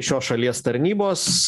šios šalies tarnybos